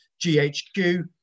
GHQ